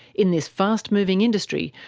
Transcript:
in this fast moving industry,